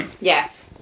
Yes